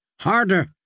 harder